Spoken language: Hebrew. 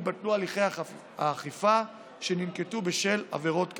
יתבטלו הליכי האכיפה שננקטו בשל עבירות כאמור.